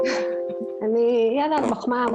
מחמאה.